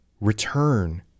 return